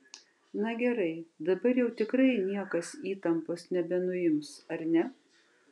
na gerai dabar jau tikrai niekas įtampos nebenuims ar ne